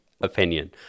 opinion